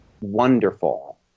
wonderful